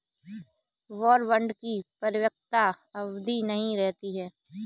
war bond की परिपक्वता अवधि नहीं रहती है